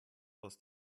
aus